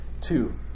Two